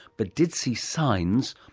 but did see signs,